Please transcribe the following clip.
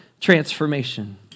transformation